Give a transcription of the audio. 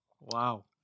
wow